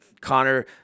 connor